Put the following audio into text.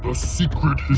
ah secret